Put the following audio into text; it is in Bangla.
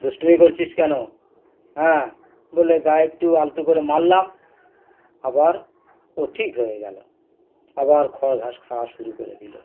দুষ্টুমি করছিস কেন হ্যাঁ বলে গায়ে একটু আলতো করে মারলাম আবার ও ঠিক হয়ে গেলো আবার খড় ঘাস খাওয়া শুরু করে দিলো